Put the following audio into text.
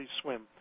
swim